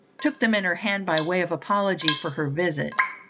took them in her hand by way of apology for her visit.